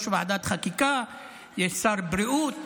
ככה גם נוסח החוק שלי,